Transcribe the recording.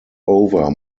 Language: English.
over